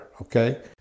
Okay